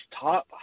top